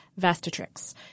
vastatrix